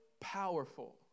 powerful